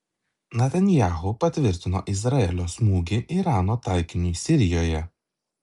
netanyahu patvirtino izraelio smūgį irano taikiniui sirijoje